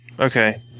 Okay